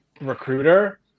recruiter